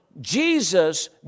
Jesus